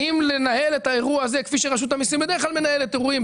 האם לנהל את האירוע הזה כפי שרשות המיסים בדרך כלל מנהלת אירועים,